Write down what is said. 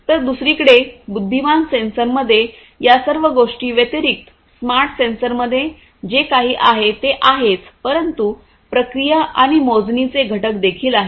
तर दुसरीकडे बुद्धिमान सेन्सरमध्ये या सर्व गोष्टी व्यतिरिक्त स्मार्ट सेन्सरमध्ये जे काही आहे ते आहेच परंतु प्रक्रिया आणि मोजणीचे घटक देखील आहेत